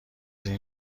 این